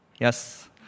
Yes